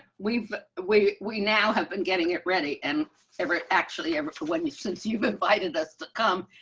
we've we we now have been getting it ready and every actually ever for when you since you've invited us to come.